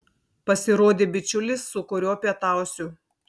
pasirodė bičiulis su kuriuo pietausiu